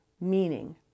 meaning